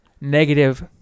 Negative